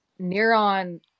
neuron